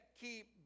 keep